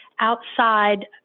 outside